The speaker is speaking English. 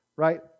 Right